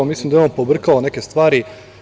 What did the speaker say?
Mislim da je on pobrkao neke stvari.